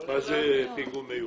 מה זה "פיגום מיוחד".